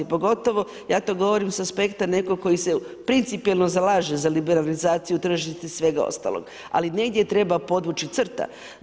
Pogotovo ja to govorim sa aspekta nekog tko se principijelno zalaže za liberalizaciju tržišta i svega ostalog, ali negdje treba podvući crtu.